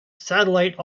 satellite